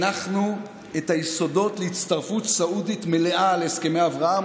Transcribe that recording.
הנחנו את היסודות להצטרפות סעודית מלאה להסכמי אברהם.